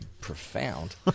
profound